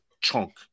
chunk